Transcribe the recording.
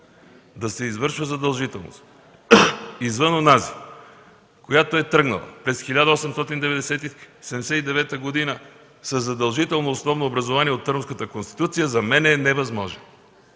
да се извършва задължително извън онази, която е тръгнала през 1879 г. със задължително основно образование от Търновската конституция, за мен е невъзможно.